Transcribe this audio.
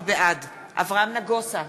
בעד אברהם נגוסה,